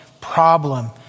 problem